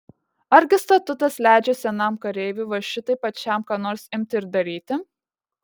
argi statutas leidžia senam kareiviui va šitaip pačiam ką nors imti ir daryti